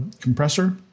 compressor